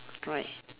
right